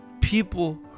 people